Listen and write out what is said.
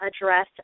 address